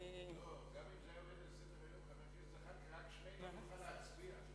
אם זה עומד על סדר-היום, רק שנינו נוכל להצביע.